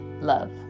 love